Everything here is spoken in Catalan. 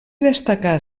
destacar